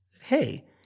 hey